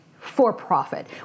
for-profit